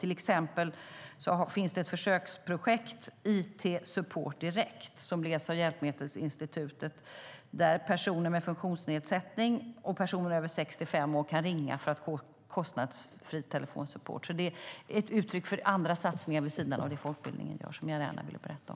Till exempel finns ett försöksprojekt, It-support direkt, som leds av Hjälpmedelsinstitutet och dit personer med funktionsnedsättning och personer över 65 år kan ringa för att få kostnadsfri telefonsupport. Det här är exempel på andra satsningar vid sidan av det som folkbildningen gör som jag gärna vill berätta om.